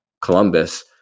Columbus